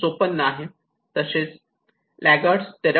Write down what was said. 54 आहे तसेच लागार्ड्स 13